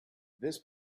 this